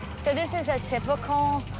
so this is our typical